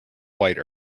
white